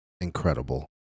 Incredible